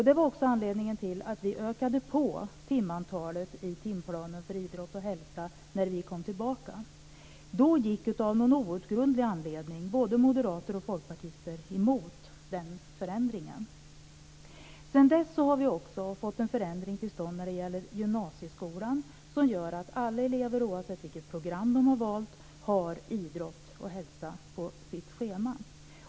Det var också anledningen till att vi ökade på timantalet i läroplanen för idrott och hälsa när vi kom tillbaka i regeringsställning. Då gick av någon outgrundlig anledning både moderater och folkpartister emot den förändringen. Sedan dess har vi också fått en förändring till stånd när det gäller gymnasieskolan som gör att alla elever, oavsett vilket program de har valt, har idrott och hälsa på sitt schema.